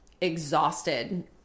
exhausted